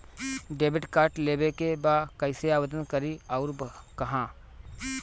Debit card लेवे के बा कइसे आवेदन करी अउर कहाँ?